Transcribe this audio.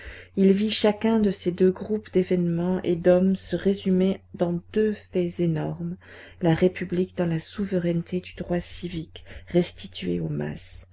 il vit chacun de ces deux groupes d'événements et d'hommes se résumer dans deux faits énormes la république dans la souveraineté du droit civique restituée aux masses